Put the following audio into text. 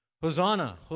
Hosanna